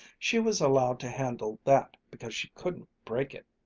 she was allowed to handle that because she couldn't break it.